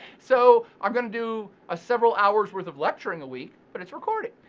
so i'm gonna do ah several hours worth of lecture in the week, but it's recorded.